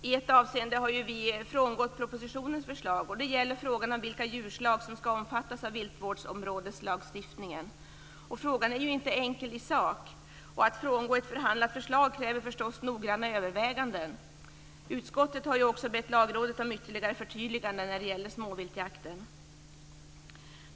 I ett avseende har vi frångått propositionens förslag. Det gäller frågan om vilka djurslag som ska omfattas av viltvårdsområdeslagstiftningen. Frågan är ju inte enkel i sak. Att frångå ett framförhandlat förslag kräver förstås noggranna överväganden. Utskottet har ju också bett Lagrådet om ytterligare förtydliganden när det gäller småviltsjakten.